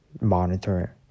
monitor